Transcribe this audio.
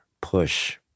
push